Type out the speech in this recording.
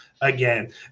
again